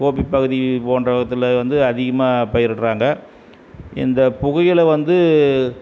கோபி பகுதி போன்ற இடத்தில் வந்து அதிகமாக பயிரிடுறாங்க இந்த புகையிலை வந்து